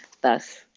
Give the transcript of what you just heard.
thus